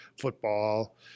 football